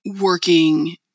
working